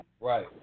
right